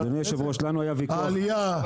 העלייה,